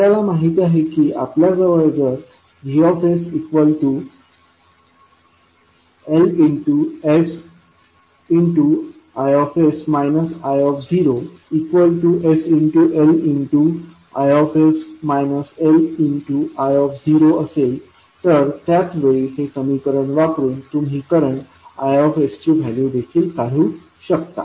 आपल्याला माहित आहे की आपल्याजवळ जर VsLsIs isLIs Li0 असेल तर त्याच वेळी हे समीकरण वापरून तुम्ही करंट Is ची व्हॅल्यू देखील काढु शकता